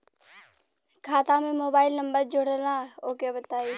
खाता में mobile number जोड़ना ओके बताई?